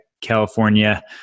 California